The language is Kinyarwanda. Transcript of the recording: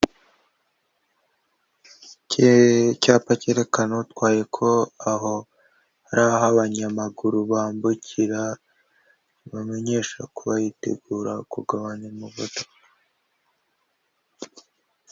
Icyapa cyerekana utwaye ko aho hari aho abanyamaguru bambukira, kibamenyesha ko yitegura kugabanya umuvuduko.